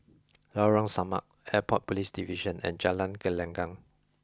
Lorong Samak Airport Police Division and Jalan Gelenggang